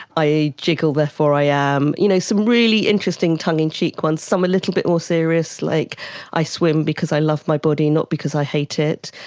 i jiggle therefore i am, you know, some really interesting tongue-in-cheek ones, some a little bit more serious, like i swim because i love my body not because i hate it.